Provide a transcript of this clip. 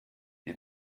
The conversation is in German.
die